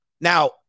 now